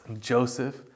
Joseph